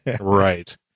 Right